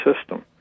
system